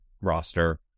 roster